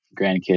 grandkids